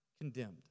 condemned